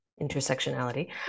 intersectionality